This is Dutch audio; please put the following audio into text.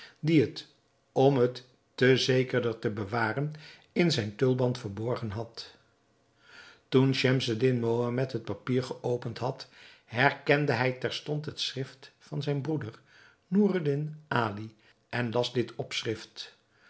die het om het te zekerder te bewaren in zijn tulband verborgen had toen schemseddin mohammed het papier geopend had herkende hij terstond het schrift van zijn broeder noureddin ali en las dit opschrift